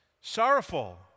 sorrowful